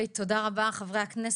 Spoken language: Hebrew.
תודה רבה, חברי הכנסת.